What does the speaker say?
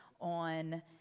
on